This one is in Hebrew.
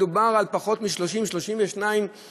מדובר על פחות מ-32-30 נפטרים,